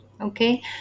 okay